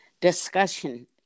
discussion